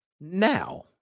Now